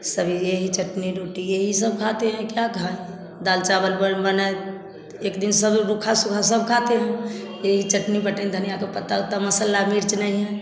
सब यही चटनी रोटी यही सब खाते हैं क्या खाएँ दाल चावल पुर बनाए एक दिन सब रुखा सूखा सब खा लेते हैं यही चटनी बट्टन धनिया का पत्ता वत्ता मसाला मिर्च नहीं है